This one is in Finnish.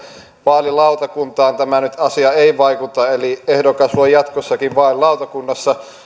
vaalilautakuntaan tämä asia nyt ei vaikuta eli ehdokas voi jatkossakin vaalilautakunnassa